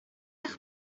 eich